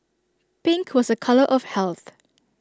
pink was A colour of health